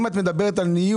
אם את מדברת על ניוד,